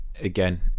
again